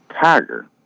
Tiger